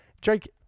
Drake